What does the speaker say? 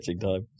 time